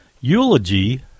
Eulogy